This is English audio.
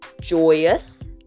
joyous